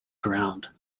ground